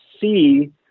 see